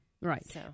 right